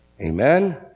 amen